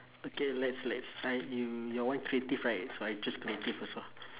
okay let's let's try you your one creative right so I choose creative also